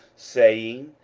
saying,